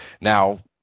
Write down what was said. Now